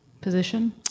position